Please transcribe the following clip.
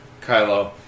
Kylo